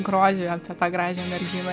grožį apie gražią merginą